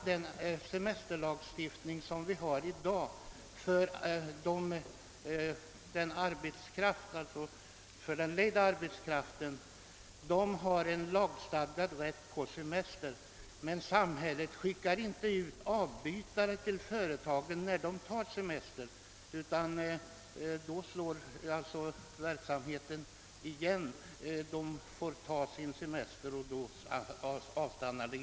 Den semesterlagstiftning vi har i dag innebär lagstadgad rätt till semester för den lejda arbetskraften, men samhället sänder inte ut avbytare till företagen när löntagarna tar semester, utan då avstannar verksamheten.